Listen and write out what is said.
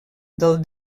del